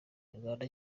rwanda